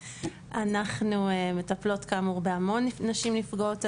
אנחנו מטפלות כאמור בהמון נשים נפגעות אלימות.